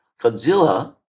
Godzilla